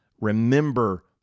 Remember